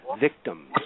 victims